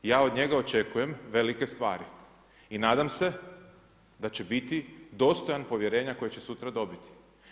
Ja od njega očekujem velike stvari i nadam se da će biti dostojan povjerenja koje će sutra dobiti.